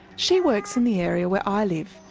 she works in the area where i live,